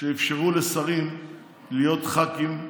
שאפשר לשרים להיות ח"כים,